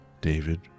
David